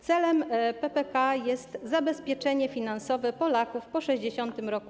Celem PPK jest zabezpieczenie finansowe Polaków po 60 roku.